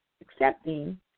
accepting